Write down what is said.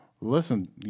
listen